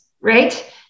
right